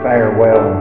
Farewell